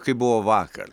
kaip buvo vakar